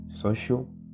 social